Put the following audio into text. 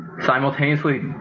simultaneously